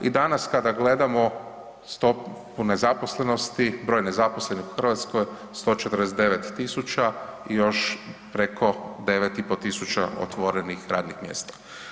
I danas kada gledamo stopu nezaposlenosti, broj nezaposlenih u Hrvatskoj, 149 000 i još preko 9500 otvorenih radnih mjesta.